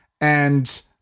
and-